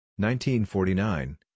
1949